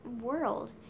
world